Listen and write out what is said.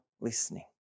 listening